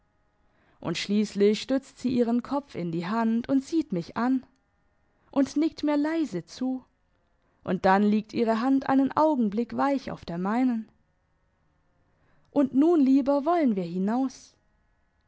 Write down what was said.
und schliesslich stützt sie ihren kopf in die hand und sieht mich an und nickt mir leise zu und dann liegt ihre hand einen augenblick weich auf der meinen und nun lieber wollen wir hinaus